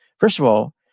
first of all,